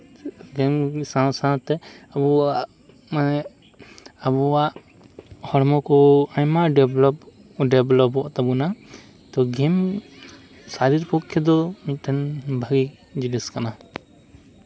ᱥᱟᱶ ᱥᱟᱶᱛᱮ ᱟᱵᱚᱣᱟᱜ ᱢᱟᱱᱮ ᱟᱵᱚᱣᱟᱜ ᱦᱚᱲᱢᱚ ᱠᱚ ᱟᱭᱢᱟ ᱰᱮᱵᱷᱞᱚᱯ ᱰᱮᱵᱷᱞᱚᱯᱚᱜ ᱛᱟᱵᱚᱱᱟ ᱛᱳ ᱜᱮᱢ ᱥᱚᱨᱤᱨ ᱯᱚᱠᱠᱷᱮ ᱫᱚ ᱢᱤᱫᱴᱮᱱ ᱵᱷᱟᱜᱮ ᱡᱤᱱᱤᱥ ᱠᱟᱱᱟ